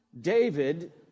David